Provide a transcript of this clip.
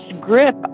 grip